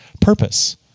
purpose